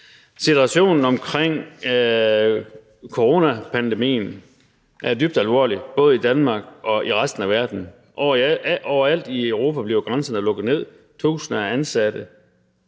Situationen omkring coronapandemien er dybt alvorligt, både i Danmark og i resten af verden. Overalt i Europa bliver grænserne lukket ned, tusinder af ansatte